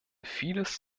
vieles